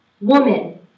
woman